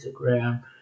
Instagram